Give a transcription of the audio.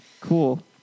Cool